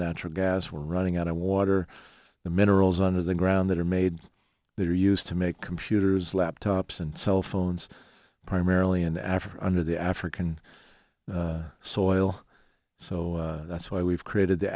natural gas we're running out of water the minerals under the ground that are made that are used to make computers laptops and cell phones primarily in africa under the african soil so that's why we've created t